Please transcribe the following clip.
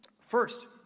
First